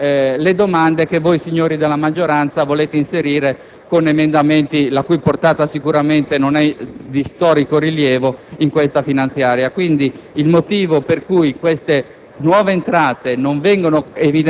un miliardo di euro in più per le domande che voi signori della maggioranza volete inserire nel testo attraverso emendamenti la cui portata non è sicuramente di storico rilievo in questa finanziaria.